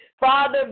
Father